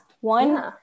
one